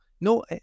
no